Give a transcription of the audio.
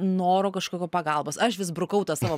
noro kažkokio pagalbos aš vis brukau tą savo